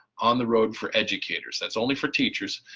on the road for educators. that's only for teachers